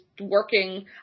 working